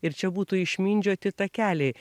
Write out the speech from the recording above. ir čia būtų išmindžioti takeliai